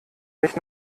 mich